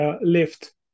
lift